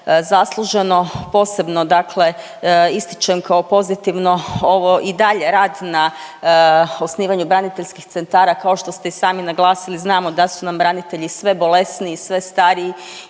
zasluženo posebno dakle ističem kao pozitivno ovo i dalje rad na osnivanju braniteljskih centara. Kao što ste i sami naglasili, znamo da su nam branitelji sve bolesniji, sve stariji